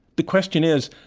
the question is,